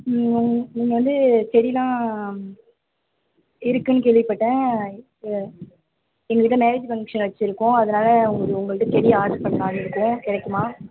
ம் இங் இங்கே வந்து செடிலாம் இருக்குன்னு கேள்விப்பட்டேன் எனக்கு எங்களுக்கு மேரேஜ் ஃபங்க்ஷன் வச்சுருக்கோம் அதனால் உங்கள் உங்கள்கிட்ட செடி ஆர்டர் பண்ணலான்னு இருக்கோம் கிடைக்குமா